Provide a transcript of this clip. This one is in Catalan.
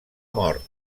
mort